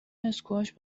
اسکواش